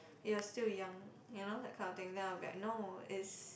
you're still young you know that kind of thing then I'll be like no is